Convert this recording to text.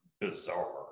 bizarre